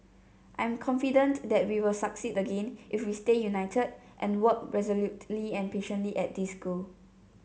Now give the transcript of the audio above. I am confident that we will succeed again if we stay united and work resolutely and patiently at this goal